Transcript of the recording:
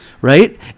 right